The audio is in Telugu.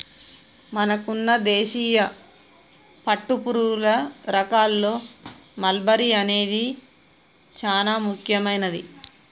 మనకున్న దేశీయ పట్టుపురుగుల రకాల్లో మల్బరీ అనేది చానా ముఖ్యమైనది